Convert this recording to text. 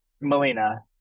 Melina